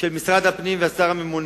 משרד הפנים והשר הממונה.